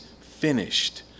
finished